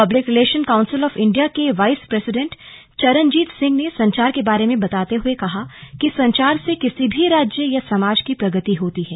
public relation council of India के vice president Charanjit Singh ने संचार के बारें में बताते हुये कहा कि संचार से किसी भी राज्य या समाज की प्रगति होती है